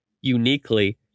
uniquely